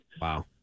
Wow